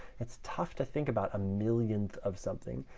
it's tough to think about a millionth of something.